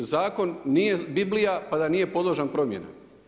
I zakon nije Biblija pa da nije podložan promjeni.